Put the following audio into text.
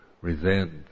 resent